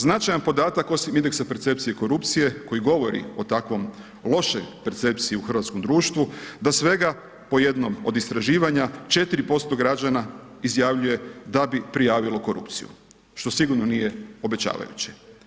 Značajan podatak osim indeksa percepcije korupcije, koji govori o takvoj lošoj percepciji u hrvatskom društvu, da svega po jedno od istraživanja 4% građana da bi prijavilo korupciju, što sigurno nije obećavajuće.